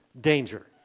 danger